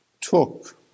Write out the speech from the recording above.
took